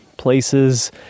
places